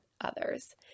others